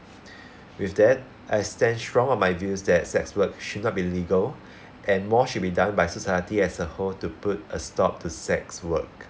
with that I stand strong on my views that sex work should not be legal and more should be done by society as a whole to put a stop to sex work